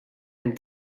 hemm